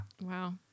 Wow